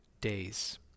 days